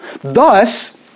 Thus